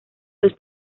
los